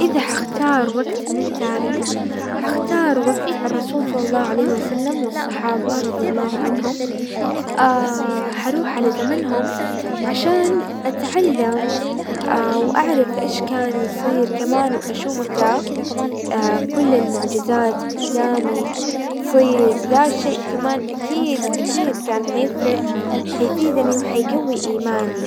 اذا حختار وقت من التاريخ، حختار وقت الرسول صلى الله عليه وسلم والصحابة رضي الله عنهم، حروح على زمنهم عشان اتعلم واعرف ايش كان يصير كمان واشوف دا، كل المعجزات قدامي تصير دا شيء كمان اكيد اكيد كان حيفرق وحيفيدني وحيقوي ايماني.